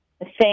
Thank